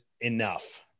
enough